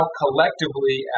collectively